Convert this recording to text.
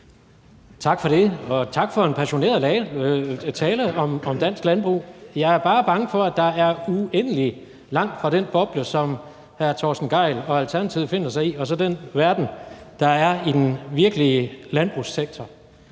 Tak for det, og tak for en passioneret tale om dansk landbrug. Jeg er bare bange for, at der er uendelig langt fra den boble, som hr. Torsten Gejl og Alternativet befinder sig i, og så den verden, der er i den virkelige landbrugssektor.